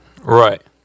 Right